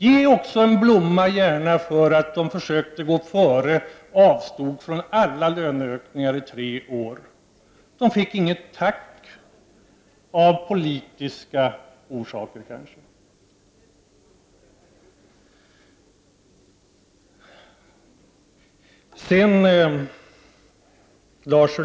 Ge dem också i efterhand en blomma för att de under tre år avstod från löneökningar! De fick, måhända av politiska orsaker, inget tack.